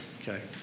okay